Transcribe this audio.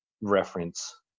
reference